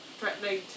threatening